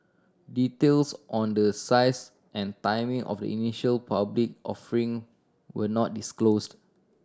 details on the size and timing of the initial public offering were not disclosed